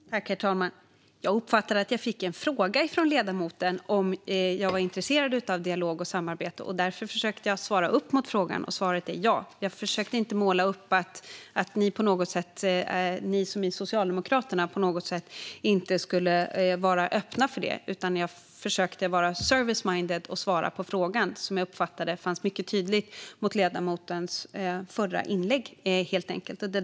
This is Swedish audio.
Herr talman! Jag uppfattade att jag fick en fråga från ledamoten om jag var intresserad av dialog och samarbete. Därför försökte jag svara på den, och svaret är ja. Jag försökte inte måla upp att ni i Socialdemokraterna på något sätt inte skulle vara öppna för det, utan jag försökte vara service-minded och svara på frågan som jag uppfattade var mycket tydlig i ledamotens förra inlägg.